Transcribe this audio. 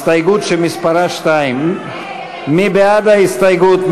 הסתייגות שמספרה 2. מי בעד ההסתייגות?